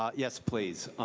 yes, please.